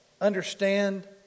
understand